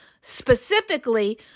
specifically